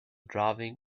driving